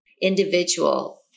individual